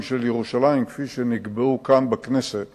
של ירושלים כפי שנקבעו כאן בכנסת